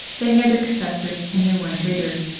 they had their confessors and their one traitor,